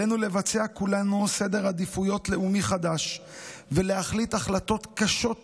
עלינו לבצע כולנו סדר עדיפויות לאומי חדש ולהחליט החלטות קשות ואמיצות,